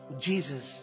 Jesus